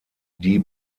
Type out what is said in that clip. die